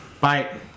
Bye